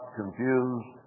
confused